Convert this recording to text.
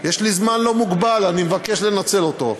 יש לי זמן לא מוגבל, אני מבקש לנצל אותו.